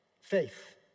Faith